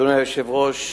אדוני היושב-ראש,